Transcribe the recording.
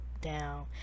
down